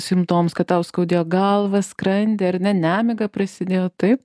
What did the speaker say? simptomus kad tau skaudėjo galvą skrandį ar ne nemiga prasidėjo taip